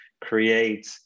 create